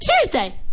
Tuesday